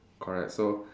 correct so